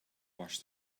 wash